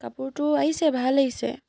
কাপোৰটো আহিছে ভাল আহিছে